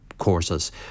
courses